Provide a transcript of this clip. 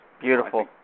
Beautiful